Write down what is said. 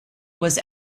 was